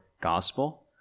gospel